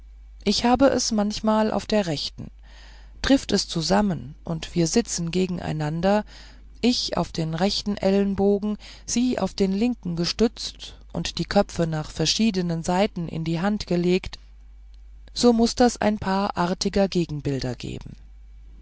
ich habe es manchmal auf der rechten trifft es zusammen und wir sitzen gegeneinander ich auf den rechten ellbogen sie auf den linken gestützt und die köpfe nach verschiedenen seiten in die hand gelegt so muß das ein paar artige gegenbilder geben